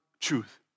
truth